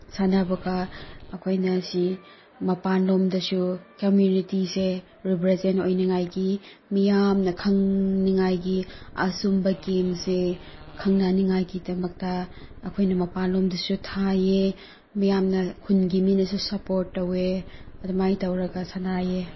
ꯁꯥꯟꯅꯕꯒ ꯑꯩꯈꯣꯏꯅ ꯁꯤ ꯃꯄꯥꯟꯂꯣꯝꯗꯁꯨ ꯀꯝꯃꯨꯅꯤꯇꯤꯁꯦ ꯔꯤꯄ꯭ꯔꯖꯦꯟ ꯑꯣꯏꯅꯤꯡꯉꯥꯏꯒꯤ ꯃꯤꯌꯥꯝꯅ ꯈꯪꯅꯤꯡꯉꯥꯏꯒꯤ ꯑꯁꯨꯝꯕ ꯒꯦꯝꯁꯦ ꯈꯪꯅꯅꯤꯡꯉꯥꯏꯒꯤꯗꯃꯛꯇ ꯑꯩꯈꯣꯏꯅ ꯃꯄꯥꯜꯂꯣꯝꯗꯁꯨ ꯊꯥꯏꯌꯦ ꯃꯤꯌꯥꯝꯅ ꯈꯨꯟꯒꯤ ꯃꯤꯅꯁꯨ ꯁꯄꯣꯔꯠ ꯇꯧꯋꯦ ꯑꯗꯨꯃꯥꯏꯅ ꯇꯧꯔꯒ ꯁꯥꯟꯅꯩꯌꯦ